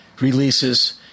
releases